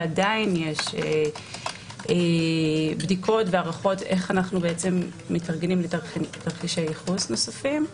ועדיין יש בדיקות והערכות איך אנו מתארגנים לתרחישים נוספים.